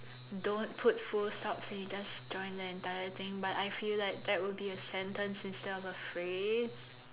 don't put full stops and you just join the entire thing but I feel like that would be a sentence instead of a phrase